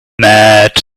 mad